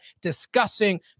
discussing